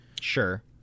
Sure